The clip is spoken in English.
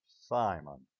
Simon